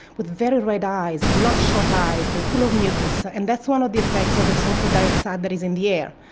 with very red eyes, bloodshot eyes, they're full of mucus. and that's one of the effects of the sulphur dioxide that is in the air.